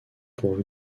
pourvu